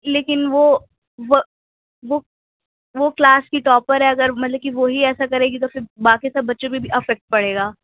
لیکن وہ وہ وہ وہ کلاس کی ٹاپر ہے اگر مان لیں کہ وہ ہی ایسا کرے گی تو پھر باقی سب بچوں پہ بھی افیکٹ پڑے گا